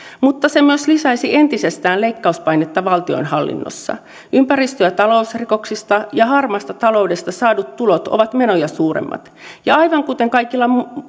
mutta se myös lisäisi entisestään leikkauspainetta valtionhallinnossa ympäristö ja talousrikoksista ja harmaasta taloudesta saadut tulot ovat menoja suuremmat ja aivan kuten kaikilla